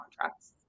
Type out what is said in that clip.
contracts